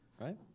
Right